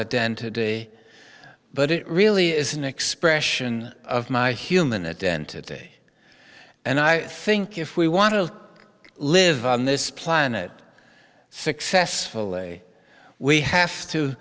identity but it really is an expression of my human a dent a day and i think if we want to live on this planet successful way we have t